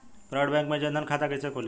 Private bank मे जन धन खाता कैसे खुली?